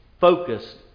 focused